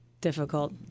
difficult